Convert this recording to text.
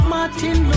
Martin